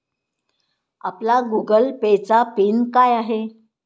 आपला Google pay चा pin काय आहे?